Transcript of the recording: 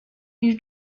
you